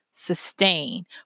sustain